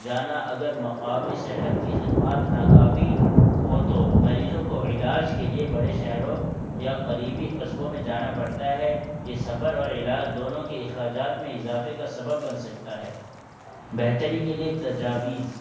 جانا اگر مقامی صحت کی خدمات ناکافی ہو تو مریضوں کو علاج کے لیے بڑے شہروں یا قریبی قصبوں میں جانا پڑتا ہے یہ سفر اور علاج دونوں کے اخراجات میں اضافے کا سبب بن سکتا ہے بہتری کے لیے تجاویز